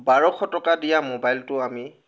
বাৰশ টকা দিয়া মোবাইলটো আমি